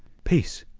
peace!